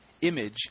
image